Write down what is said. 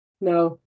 No